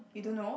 you don't know